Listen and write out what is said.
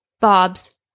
Bob's